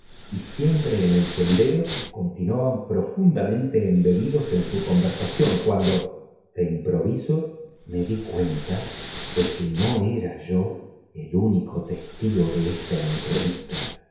y siempre en el sendero continuaban profundamente embebidos en su conversación cuando de improviso me di cuenta de que no era yodún testigo de esta entrevista